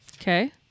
Okay